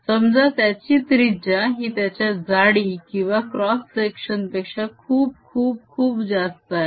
समजा त्याची त्रिज्या ही त्याच्या जाडी किंवा क्रॉस सेक्शन पेक्षा खूप खूप खूप जास्त आहे